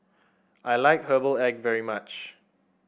I like Herbal Egg very much